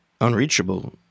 unreachable